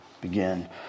begin